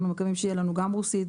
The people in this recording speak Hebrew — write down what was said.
אנחנו מקווים שיהיה לנו גם רוסית,